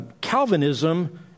Calvinism